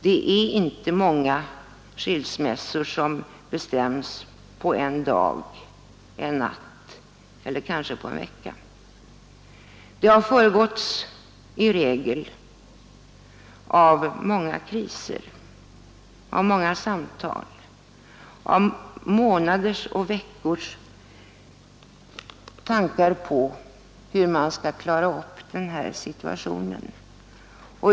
Det är inte många skilsmässor som bestäms på en dag, en natt eller en vecka. I regel har den föregåtts av många kriser och samtal, av veckors och månaders tankar på hur man skall klara upp situationen.